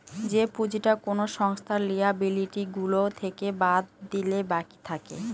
যে পুঁজিটা কোনো সংস্থার লিয়াবিলিটি গুলো থেকে বাদ দিলে বাকি থাকে